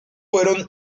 fueron